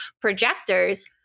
projectors